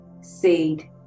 Seed